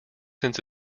since